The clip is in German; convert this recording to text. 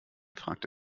fragte